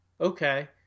Okay